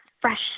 fresh